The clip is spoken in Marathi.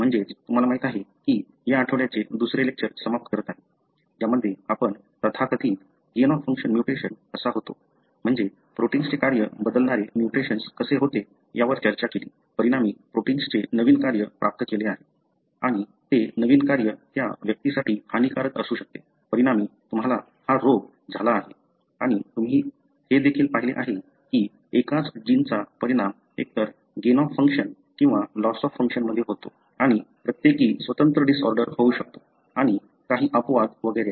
म्हणजेच तुम्हाला माहिती आहे की या आठवड्याचे दुसरे लेक्चर समाप्त करत आहे ज्यामध्ये आपण तथाकथित गेन ऑफ फंक्शन म्युटेशन कसा होतो म्हणजे प्रोटिन्सचे कार्य बदलणारे म्युटेशन्स कसे होते यावर चर्चा केली परिणामी प्रोटिन्सने नवीन कार्य प्राप्त केले आहे आणि ते नवीन कार्य त्या व्यक्तीसाठी हानिकारक असू शकते परिणामी तुम्हाला हा रोग झाला आहे आणि तुम्ही हे देखील पाहिले आहे की एकाच जीनचा परिणाम एकतर गेन ऑफ फंक्शन किंवा लॉस ऑफ फंक्शन मध्ये होतो आणि प्रत्येक स्वतंत्र डिसऑर्डर होऊ शकतो आणि काही अपवाद वगैरे